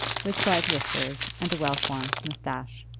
with slight whiskers, and a well-formed moustache.